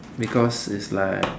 because it's like